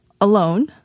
alone